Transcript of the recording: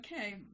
Okay